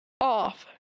off